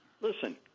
Listen